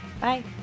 Bye